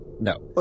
No